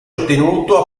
ottenuto